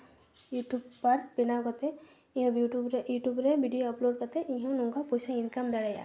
YouTuber ᱵᱮᱱᱟᱣ ᱠᱟᱛᱮ ᱤᱧᱦᱚᱸ ᱤᱭᱩᱴᱩᱵ ᱤᱭᱩᱴᱩᱵ ᱨᱮ ᱵᱷᱤᱰᱭᱳ ᱟᱯᱞᱳᱰ ᱠᱟᱛᱮ ᱤᱧᱦᱚᱸ ᱱᱚᱝᱠᱟ ᱯᱚᱭᱥᱟᱧ ᱤᱱᱠᱟᱢ ᱫᱟᱲᱮᱭᱟᱜᱼᱟ